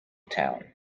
town